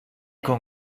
con